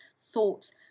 thought